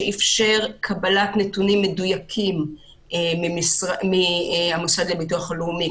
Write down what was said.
שאפשר קבלת נתונים מדויקים מהמוסד לביטוח לאומי,